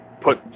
put